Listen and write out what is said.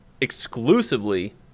exclusively